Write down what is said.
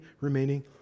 remaining